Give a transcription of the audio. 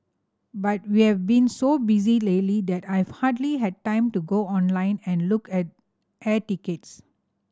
but we have been so busy lately that I've hardly had time to go online and look at air tickets